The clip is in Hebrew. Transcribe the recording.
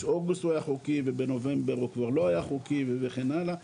אוגוסט הוא היה חוקי ובנובמבר הוא כבר לא היה חוקי וכן הלאה.